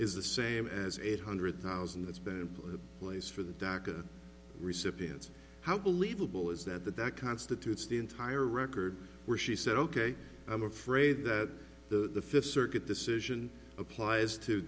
is the same as eight hundred thousand that's been the place for the dhaka recipients how believable is that that that constitutes the entire record where she said ok i'm afraid that the fifth circuit decision applies to